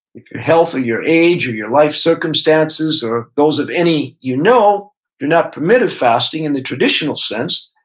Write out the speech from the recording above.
if your health or your age or your life circumstances or those of any you know do not permit a fasting in the traditional sense,